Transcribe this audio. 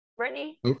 Brittany